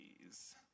Please